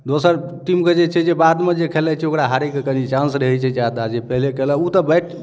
दोसर टीमके जे छै से बादमे जे खेलाइ छै ओकरा हारै के कनी चांस रहै छै जादा जे पहले केलक ओ तऽ बैट